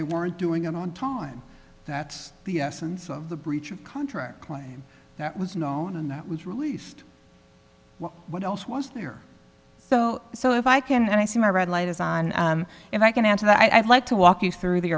they weren't doing it on time that's the essence of the breach of contract claim that was known and that was released what else was there so if i can i see my red light is on and i can answer that i'd like to walk you through the